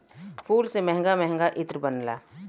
फूल से महंगा महंगा इत्र बनला